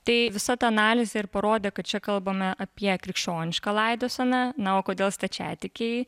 tai visa ta analizė ir parodė kad čia kalbame apie krikščionišką laidoseną na o kodėl stačiatikiai